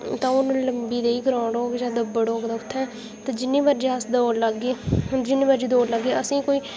ते हून लम्बी देई ग्राउंड होग जां दब्बड़ होग उत्थै ते जिन्नी मर्जी अस दौड़ लागे जिन्नी मर्जी अस दौड़ लागे असेंगी कोई